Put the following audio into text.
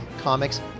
comics